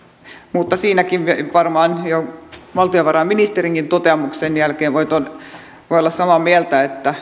mutta siitäkin varmaan jo valtiovarainministerin toteamuksen jälkeen voi olla samaa mieltä että